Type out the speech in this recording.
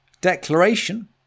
declaration